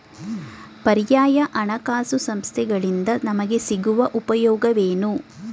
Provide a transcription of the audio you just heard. ಪರ್ಯಾಯ ಹಣಕಾಸು ಸಂಸ್ಥೆಗಳಿಂದ ನಮಗೆ ಸಿಗುವ ಉಪಯೋಗವೇನು?